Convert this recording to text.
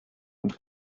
und